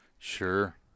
Sure